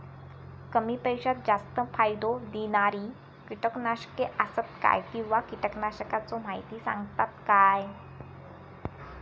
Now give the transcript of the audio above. कमी पैशात जास्त फायदो दिणारी किटकनाशके आसत काय किंवा कीटकनाशकाचो माहिती सांगतात काय?